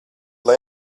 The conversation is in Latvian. lai